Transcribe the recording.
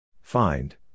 Find